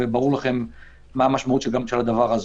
וברור לכם מה המשמעות של הדבר הזה.